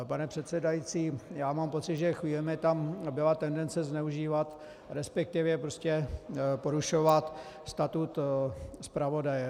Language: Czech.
Pane předsedající, já mám pocit, že chvílemi tam byla tendence zneužívat, resp. porušovat statut zpravodaje.